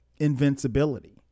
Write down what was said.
invincibility